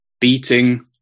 beating